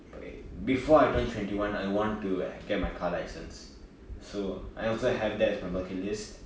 like before I turn twenty one I want to get my car license so I also have that as my bucket list